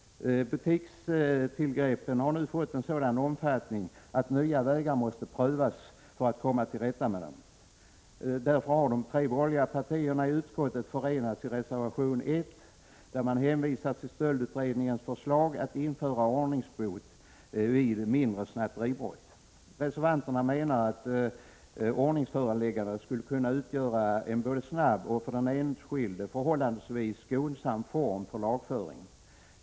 Butikstillgreppen har nu en sådan omfattning att nya vägar måste prövas för att man skall kunna komma till rätta med dem. Därför har de tre borgerliga partierna i utskottet förenats i en reservation, där man hänvisar till stöldutredningens förslag om att införa ordningsbot vid mindre snatteribrott. Reservanterna menar att ett ordningsföreläggande skulle kunna utgöra en både snabb och för den enskilde förhållandevis skonsam form av lagföring.